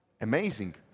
Amazing